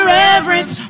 reverence